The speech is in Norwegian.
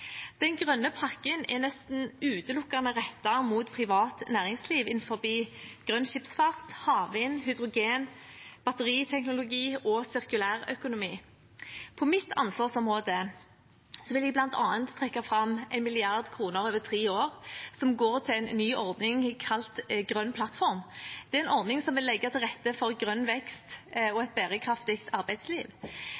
Den grønne pakken er nesten utelukkende rettet mot privat næringsliv innenfor grønn skipsfart, havvind, hydrogen, batteriteknologi og sirkulærøkonomi. For mitt ansvarsområde vil jeg bl.a. trekke fram 1 mrd. kr over tre år som går til en ny ordning kalt grønn plattform. Det er en ordning som vil legge til rette for grønn vekst og